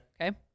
Okay